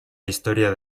historia